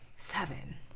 Seven